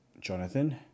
Jonathan